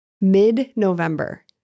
Mid-November